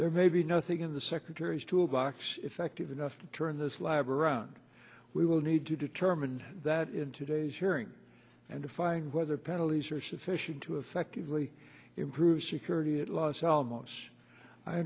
there may be nothing in the secretary's tool box effective enough to turn this lab around we will need to determine that in today's hearing and to find whether penalties are sufficient to effectively improve security at los alamos i